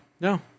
No